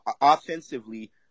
Offensively